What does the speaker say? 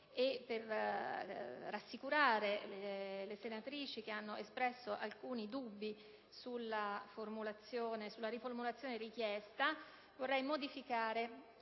per rassicurare le senatrici che hanno espresso alcuni dubbi sulla riformulazione richiesta alla mozione